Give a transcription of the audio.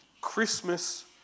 Christmas